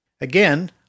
Again